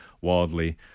wildly